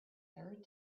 third